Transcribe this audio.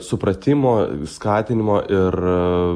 supratimo skatinimo ir